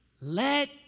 let